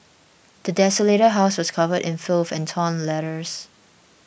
the desolated house was covered in filth and torn letters